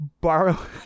borrow